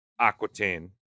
Aquitaine